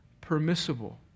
permissible